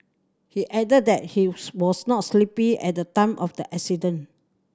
he added that he was not sleepy at the time of the accident